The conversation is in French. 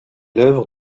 l’œuvre